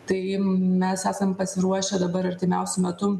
tai mes esam pasiruošę dabar artimiausiu metu